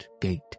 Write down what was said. gate